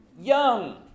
Young